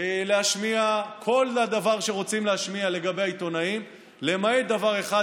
להשמיע כל דבר שרוצים להשמיע לגבי העיתונאים למעט דבר אחד,